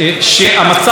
תודה רבה, אדוני.